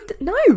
no